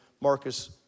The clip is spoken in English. Marcus